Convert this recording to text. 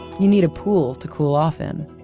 you need a pool to cool off in.